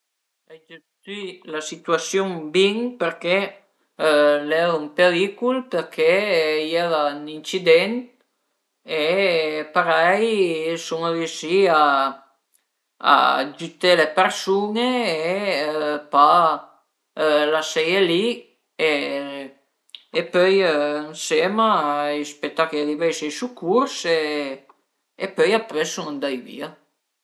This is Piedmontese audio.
Me hobby pi vei al restauré i mobi përché l'ai tacà cun mia vizin-a dë ca parei për divertiment e pöi dizuma ch'al e diventà 'na specie d'ën travai e pöi praticament ades suma arivà che piuma dë travai anche gros da persun-e esterne